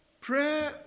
Prayer